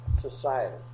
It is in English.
society